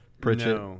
Pritchett